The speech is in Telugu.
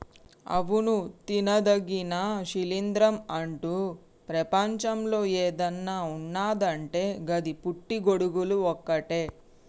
అవును తినదగిన శిలీంద్రం అంటు ప్రపంచంలో ఏదన్న ఉన్నదంటే గది పుట్టి గొడుగులు ఒక్కటే